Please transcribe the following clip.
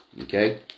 okay